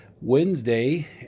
Wednesday